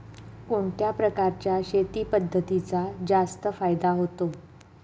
कोणत्या प्रकारच्या शेती पद्धतीत जास्त फायदा होतो?